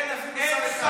אין שר בבניין.